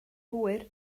hwyr